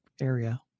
area